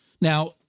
Now